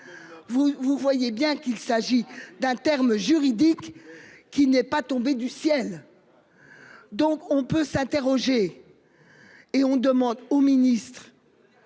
vous voyez bien qu'il s'agit d'un terme juridique qui n'est pas tombé du ciel. Donc on peut s'interroger. Et on demande au ministre.